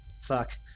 fuck